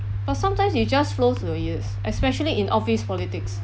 but sometimes it just flows to your ears especially in office politics